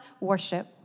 Worship